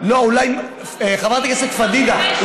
חברת הכנסת פדידה,